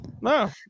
No